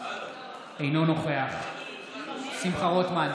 אינו נוכח שמחה רוטמן,